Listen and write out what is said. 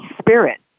spirit